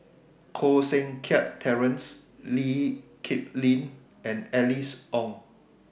Koh Seng Kiat Terence Lee Kip Lin and Alice Ong